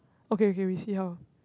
okay okay we see how